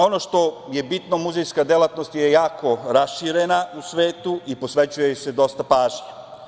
Ono što je bitno, muzejska delatnost je jako raširena u svetu i posvećuje joj se dosta pažnje.